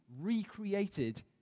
recreated